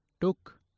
took